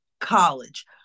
college